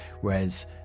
whereas